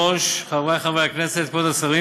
אבקש מחברי חברי הכנסת לאשר את הצעת החוק בקריאה